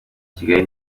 kigali